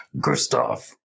Gustav